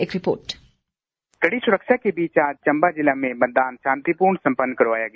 एक रिपोर्ट कड़ी सुरक्षा के बीच आज जिला चम्बा में मतदान शांतिपूर्ण सम्पन्न करवाया गया